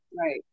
right